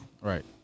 Right